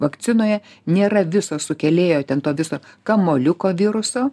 vakcinoje nėra viso sukėlėjo ten to viso kamuoliuko viruso